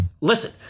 listen—